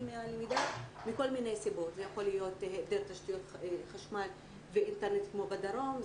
מהלמידה מכל מיני סיבות: יכול להיות מהעדר תשתיות חשמל ואינטרנט כמו בדרום,